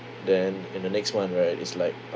then in the next one right it's like